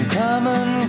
common